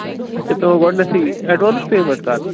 اَتھ چھَا پٮ۪وان گۄڈنٮ۪ٹھٕے اٮ۪ڈوانٕس پیٚمٮ۪نٛٹ کَرٕنۍ